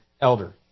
elder